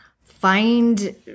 find